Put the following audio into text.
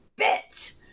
bitch